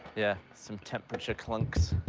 yeah, some temperature clunks.